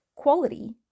quality